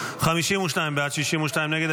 51 בעד, 62 נגד.